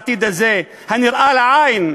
בעתיד הנראה לעין,